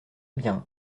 bien